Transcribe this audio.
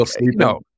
no